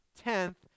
tenth